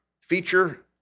feature